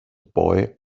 boy